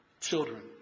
children